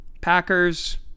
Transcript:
Packers